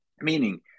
Meaning